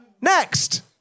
Next